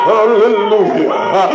Hallelujah